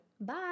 Bye